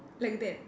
like that